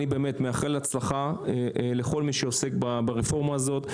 אני מאחל הצלחה לכל מי שעוסק ברפורמה הזאת.